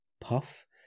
puff